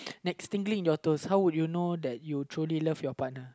next tingling in your toes how would you know that you truly love your partner